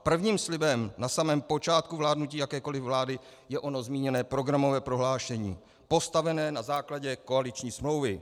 Prvním slibem na samém počátku vládnutí jakékoliv vlády je ono zmíněné programové prohlášení postavené na základě koaliční smlouvy.